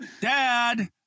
dad